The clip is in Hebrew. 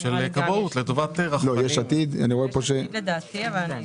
יש עתיד לדעתי.